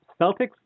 Celtics